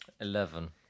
Eleven